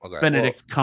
Benedict